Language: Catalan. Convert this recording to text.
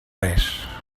res